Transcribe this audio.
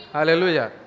Hallelujah